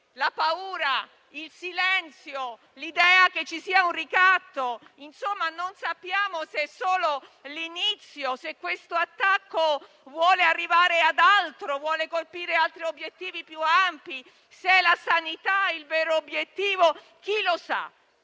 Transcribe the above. la paura, il silenzio e l'idea che ci sia un ricatto. Insomma, non sappiamo se è solo l'inizio e se questo attacco vuole arrivare ad altro e colpire altri obiettivi più ampi o se è la sanità il vero obiettivo; chi lo sa.